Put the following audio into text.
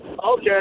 Okay